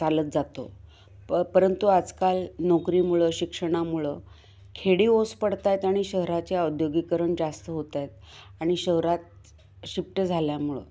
चालत जातो प परंतु आजकाल नोकरीमुळं शिक्षणामुळं खेडी ओस पडत आहेत आणि शहराचे औद्योगिकीकरण जास्त होत आहेत आणि शहरात शिफ्ट झाल्यामुळं